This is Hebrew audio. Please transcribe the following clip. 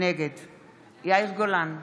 נגד יאיר גולן,